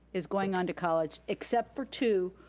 is going on to college, except for two,